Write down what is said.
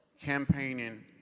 campaigning